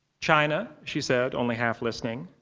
china, she said, only half listening.